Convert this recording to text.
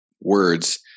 words